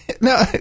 No